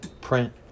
print